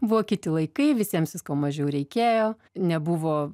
buvo kiti laikai visiems visko mažiau reikėjo nebuvo